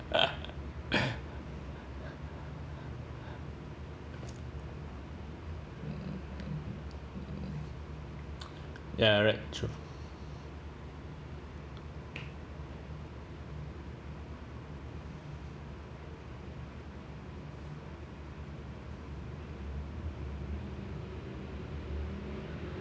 ya right true